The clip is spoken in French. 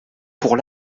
pour